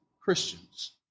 Christians